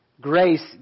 Grace